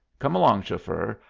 come along, chauffeur,